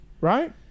right